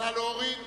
סעיף 68,